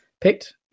picked